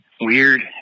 weird